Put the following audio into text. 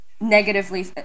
negatively